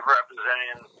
representing